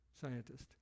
scientist